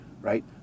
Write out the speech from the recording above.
right